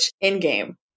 in-game